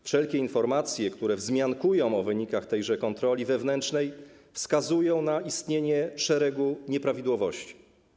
Wszelkie informacje, które wzmiankują o wynikach tejże kontroli wewnętrznej, wskazują na istnienie szeregu nieprawidłowości.